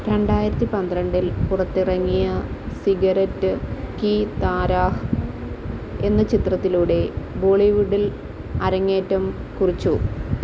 രണ്ടായിരത്തി പന്ത്രണ്ടിൽ പുറത്തിറങ്ങിയ സിഗരറ്റ് കി താരാഹ് എന്ന ചിത്രത്തിലൂടെ ബോളിവുഡിൽ അരങ്ങേറ്റം കുറിച്ചു